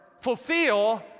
fulfill